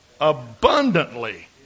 abundantly